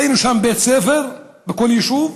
ראינו שם בית ספר בכל יישוב.